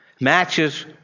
matches